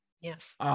Yes